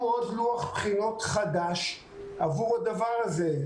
עוד לוח בחינות חדש עבור הדבר הזה.